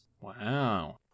Wow